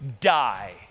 die